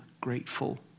grateful